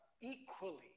equally